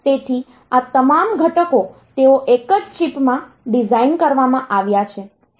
તેથી આ તમામ ઘટકો તેઓ એક જ ચિપમાં ડિઝાઇન કરવામાં આવ્યા છે